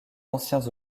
anciens